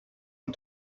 and